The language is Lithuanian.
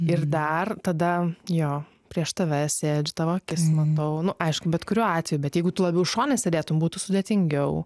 ir dar tada jo prieš tave sėdžiu tavo akis matau nu aišku bet kuriuo atveju bet jeigu labiau šone sėdėtumei būtų sudėtingiau